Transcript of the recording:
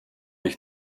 ich